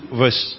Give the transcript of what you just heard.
verse